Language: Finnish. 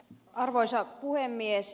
arvoisa puhemies